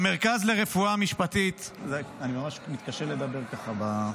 המרכז לרפואה משפטית, אני ממש מתקשה לדבר ככה.